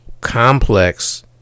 complex